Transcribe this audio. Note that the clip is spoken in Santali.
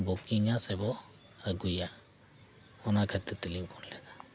ᱵᱩᱠᱤᱝᱟ ᱥᱮᱵᱚ ᱟᱹᱜᱩᱭᱟ ᱚᱱᱟ ᱠᱷᱟᱹᱛᱤᱨ ᱛᱮᱞᱤᱧ ᱯᱷᱳᱱ ᱞᱮᱫᱟ